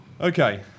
Okay